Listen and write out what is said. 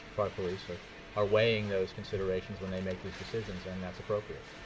park police, are are weighing those considerations when they make these decisions, and that's appropriate.